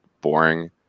boring